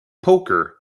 poker